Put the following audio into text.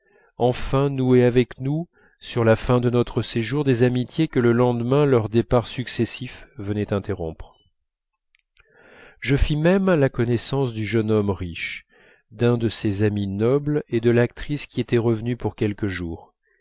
enfin nouaient avec nous sur la fin de notre séjour des amitiés que le lendemain leurs départs successifs venaient interrompre je fis même la connaissance du jeune homme riche d'un de ses deux amis nobles et de l'actrice qui était revenue pour quelques jours